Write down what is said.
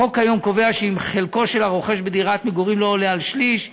החוק כיום קובע שאם חלקו של הרוכש בדירת מגורים לא עולה על שליש,